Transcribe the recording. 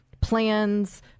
plans